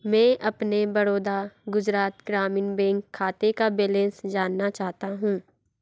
मैं अपने बड़ौदा गुजरात ग्रामीण बैंक खाते का बेलेंस जानना चाहता हूँ